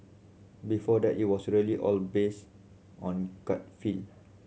before that it was really all based on gut feel